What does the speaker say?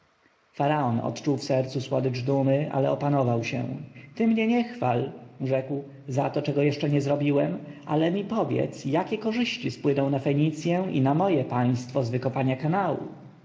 faraon odczuł w sercu słodycz dumy ale opanował się ty mnie nie chwal rzekł za to czego jeszcze nie zrobiłem ale mi powiedz jakie korzyści spłyną na fenicję i na moje państwo z wykopania kanału